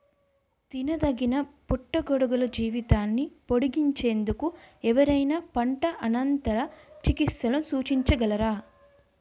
తినదగిన పుట్టగొడుగుల జీవితాన్ని పొడిగించేందుకు ఎవరైనా పంట అనంతర చికిత్సలను సూచించగలరా?